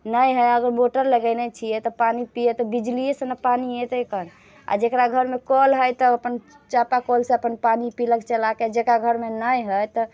नहि हइ अगर मोटर लगेने छियै तऽ पानि पियब तऽ बिजलिएसँ ने पानि अयतै कऽ आ जकरा घरमे कल हइ तऽ ओ अपन चापाकलसँ अपन पानि पीलक चला कऽ जकरा घरमे नहि हइ